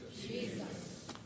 Jesus